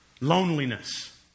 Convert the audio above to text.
loneliness